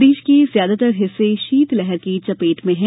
प्रदेश के ज्यादातर हिस्से शीतलहर की चपेट में है